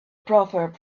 proverb